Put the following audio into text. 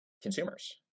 Consumers